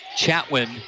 Chatwin